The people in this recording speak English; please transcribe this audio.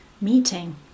meeting